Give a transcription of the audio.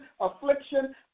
affliction